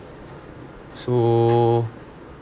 so